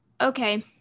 okay